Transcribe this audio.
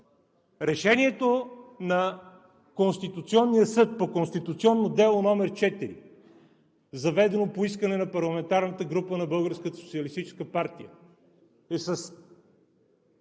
решението на Конституционния съд по Конституционно дело № 4, заведено по искане на парламентарната група на Българската